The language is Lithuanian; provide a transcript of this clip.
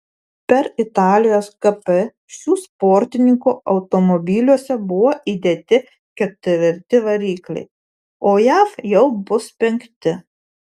per italijos gp šių sportininkų automobiliuose buvo įdėti ketvirti varikliai o jav jau bus penkti